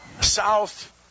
south